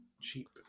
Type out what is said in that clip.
cheap